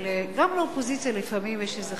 אבל גם לאופוזיציה לפעמים יש איזה חלק,